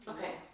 Okay